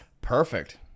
Perfect